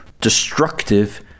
destructive